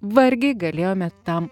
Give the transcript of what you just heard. vargiai galėjome tam